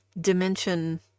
dimension